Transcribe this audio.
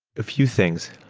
a few things.